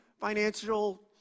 financial